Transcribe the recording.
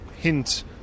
hint